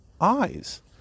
eyes